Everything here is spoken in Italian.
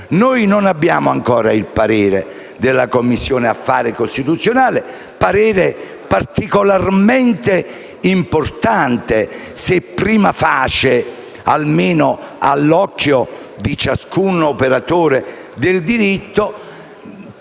Noi non abbiamo ancora il parere della Commissione affari costituzionali, parere particolarmente importante se, *prima facie*, almeno all'occhio di ciascun operatore del diritto,